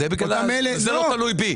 זה לא תלוי בי.